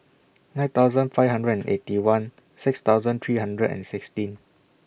nine thousand five hundred and Eighty One six thousand three hundred and sixteen